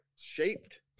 shaped